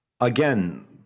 again